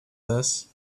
this